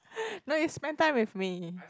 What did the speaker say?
no you spend time with me